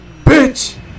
Bitch